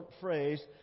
phrase